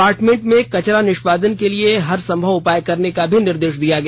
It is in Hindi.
अपार्टेमेंट में कचरा निष्पादन के लिए हर संभव उपाय करने का निर्देश दिया गया